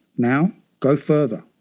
now, go further,